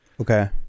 Okay